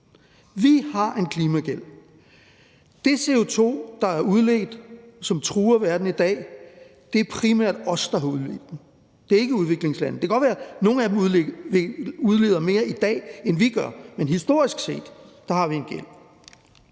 Vi har en klimagæld. Det CO2, der er udledt, og som truer verden i dag, er det primært os, der har udledt. Det er ikke udviklingslandene. Det kan godt være, at nogle af dem udleder mere i dag, end vi gør, men historisk set har vi en gæld.